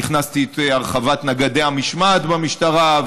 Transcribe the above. אני הכנסתי את הרחבת נגדי המשמעת במשטרה,